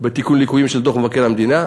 במשרדי הממשלה בתיקון ליקויים של דוח מבקר המדינה.